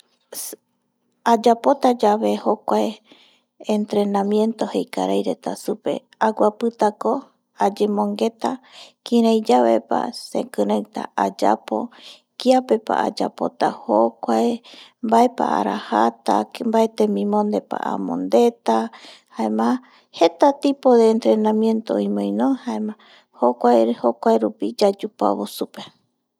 Ayapota yave jokua entrenamiento jei karai reta supe aguapitako ayemongueta kiraiyavepa sekireita ayapo, kiapepa ayapota jokuae, mbaepa arajata mbae temimondepa amondeta jaema jeta tipo de entrenamiento oime no jaema jokua jokua rupi yayupavo supe